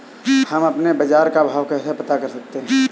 हम अपने बाजार का भाव कैसे पता कर सकते है?